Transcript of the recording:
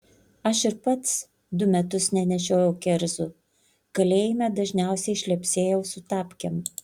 aš ir pats du metus nenešiojau kerzų kalėjime dažniausiai šlepsėjau su tapkėm